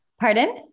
pardon